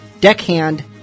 Deckhand